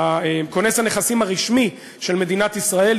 כונס הנכסים הרשמי של מדינת ישראל,